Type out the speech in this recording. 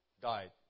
died